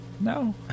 No